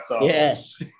Yes